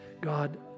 God